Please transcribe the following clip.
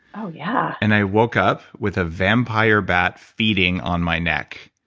so yeah and i woke up with a vampire bat feeding on my neck.